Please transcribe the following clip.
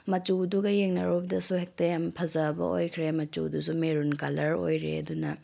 ꯃꯆꯨꯗꯨꯒ ꯌꯦꯡꯅꯔꯨꯕꯗꯁꯨ ꯍꯦꯛꯇ ꯌꯥꯝ ꯐꯖꯕ ꯑꯣꯏꯈ꯭ꯔꯦ ꯃꯆꯨꯗꯨꯁꯨ ꯃꯦꯔꯨꯟ ꯀꯂꯔ ꯑꯣꯏꯔꯦ ꯑꯗꯨꯅ